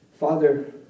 Father